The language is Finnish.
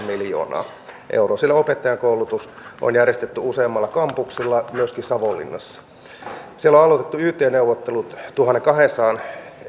miljoonaa euroa siellä opettajankoulutus on järjestetty useammalla kampuksella myöskin savonlinnassa siellä on aloitettu yt neuvottelut tuhannenkahdensadan